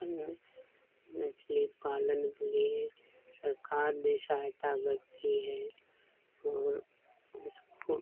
अन मछली पालन के लिए सरकार भी सहायता करती है और उसको